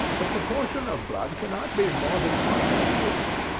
the proportion of blood cannot be more than one in a million.